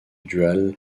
dual